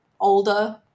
older